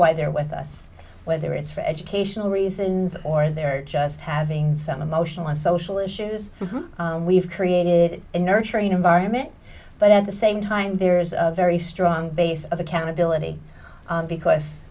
why they're with us whether it's for educational reasons or they're just having some emotional and social issues we've created a nurturing environment but at the same time there is a very strong base of accountability because